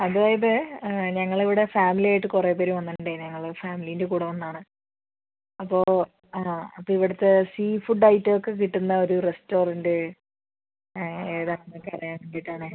അതായത് ഞങ്ങൾ ഇവിടെ ഫാമിലി ആയിട്ട് കുറേ പേര് വന്നിട്ടുണ്ടായീന് ഞങ്ങൾ ഫാമിലീൻ്റെ കൂടെ വന്നതാണ് അപ്പോ അപ്പം ഇവിടുത്തെ സീഫുഡ് ഐറ്റം ഒക്കെ കിട്ടുന്ന ഒരു റസ്റ്റോറൻറ് ഏതാ എന്നൊക്കെ അറിയാൻ വേണ്ടീട്ടാണേ